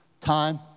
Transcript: time